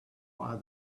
why